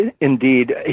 Indeed